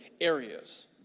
areas